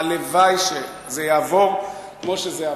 הלוואי שזה יעבור כמו שזה עבר.